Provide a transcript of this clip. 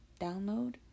download